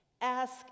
Ask